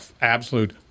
absolute